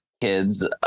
kids